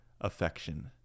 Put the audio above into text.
affection